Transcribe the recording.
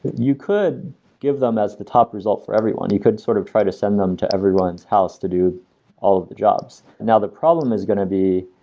you could give them as the top result for everyone, you could sort of try to send them to everyone's house to do all of the jobs. now, the problem is going to be,